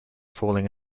falling